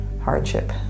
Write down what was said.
hardship